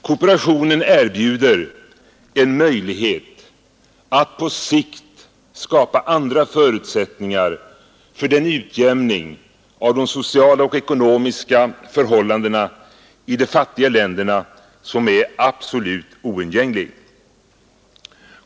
Kooperationen erbjuder en möjlighet att på sikt skapa andra förutsättningar för den utjämning av de sociala och ekonomiska förhållandena i de fattiga länderna som är absolut oundgänglig.